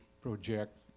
project